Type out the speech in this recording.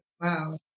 Wow